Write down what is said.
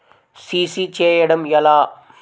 CC చేయడము ఎలా?